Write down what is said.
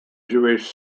jewish